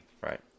right